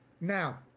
Now